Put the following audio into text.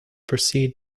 proceed